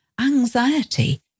Anxiety